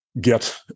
get